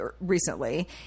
recently